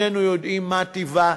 שנינו יודעים מה טיבה.